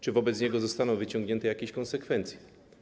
Czy wobec niego zostaną wyciągnięte jakieś konsekwencje?